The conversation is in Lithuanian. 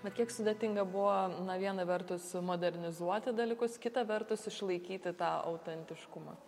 bet kiek sudėtinga buvo na viena vertus modernizuoti dalykus kita vertus išlaikyti tą autentiškumą